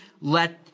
let